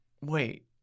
wait